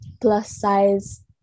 plus-size